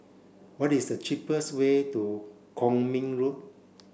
what is the cheapest way to Kwong Min Road